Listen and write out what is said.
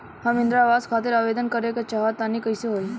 हम इंद्रा आवास खातिर आवेदन करे क चाहऽ तनि कइसे होई?